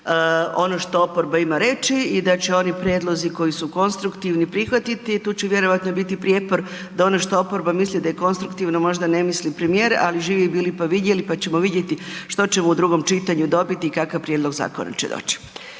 ono što oporba ima reći i da će oni prijedlozi koji su konstruktivni prihvatiti i tu će vjerojatno biti prijepor da ono što oporba misli da je konstruktivno možda ne misli premijer. Ali živi bili pa vidjeli pa ćemo vidjeti što ćemo u drugom čitanju dobiti i kakav prijedloga zakona će doć.